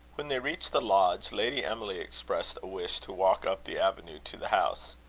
when they reached the lodge, lady emily expressed a wish to walk up the avenue to the house.